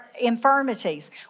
infirmities